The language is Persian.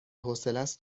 حوصلست